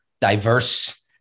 diverse